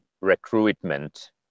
recruitment